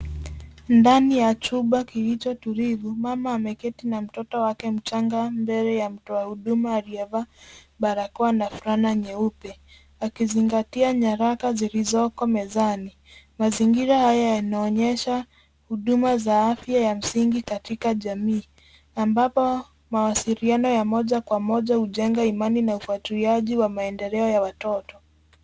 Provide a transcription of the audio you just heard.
Ndani ya chumba kilichotulivu. Mama ameketi na mtoto wake mchanga mbele ya mtu wa huduma aliyevaa barakoa na fulana nyeupe akizingatia nyaraka zilizoko. Mazingira hayo yanaonyesha huduma za afya msingi katika jamii ambapo mawasiliano ya moja kwa moja hujenga imani na ufuatiliaji wa maendeleo ya watoto.